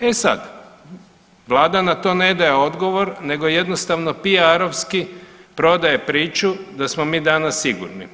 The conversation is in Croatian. E sad, Vlada na to ne daje odgovor nego jednostavno PR-ovski prodaje priču da smo mi danas sigurni.